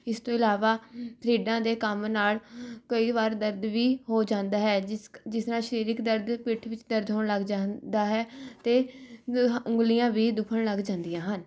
ਇਸ ਤੋਂ ਇਲਾਵਾ ਥਰਿੱਡਾਂ ਦੇ ਕੰਮ ਨਾਲ ਕਈ ਵਾਰ ਦਰਦ ਵੀ ਹੋ ਜਾਂਦਾ ਹੈ ਜਿਸ ਕ ਜਿਸ ਨਾਲ ਸਰੀਰਕ ਦਰਦ ਪਿੱਠ ਵਿੱਚ ਦਰਦ ਹੋਣ ਲੱਗ ਜਾਂਦਾ ਹੈ ਅਤੇ ਹ ਉੱਗਲੀਆਂ ਵੀ ਦੁੱਖਣ ਲੱਗ ਜਾਂਦੀਆਂ ਹਨ